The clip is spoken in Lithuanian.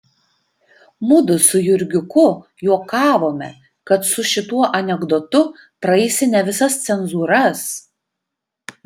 mudu su jurgiuku juokavome kad su šituo anekdotu praeisi ne visas cenzūras